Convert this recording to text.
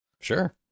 Sure